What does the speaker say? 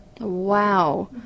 Wow